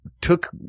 took